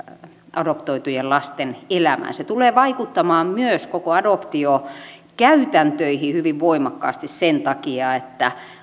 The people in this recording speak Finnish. adoptoitujen lasten elämään se tulee vaikuttamaan myös koko adoptiokäytäntöihin hyvin voimakkaasti sen takia että